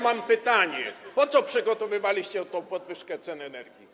Mam pytanie: Po co przygotowywaliście tę podwyżkę cen energii?